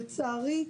לצערי,